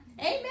Amen